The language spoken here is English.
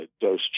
dose